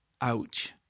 ouch